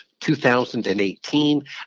2018